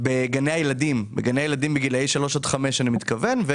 בגני הילדים בגילאי 3 עד 5 אני מתכוון.